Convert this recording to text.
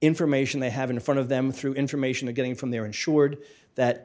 information they have in front of them through information to getting from their insured that